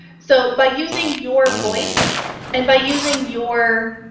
so by using your voice and by using your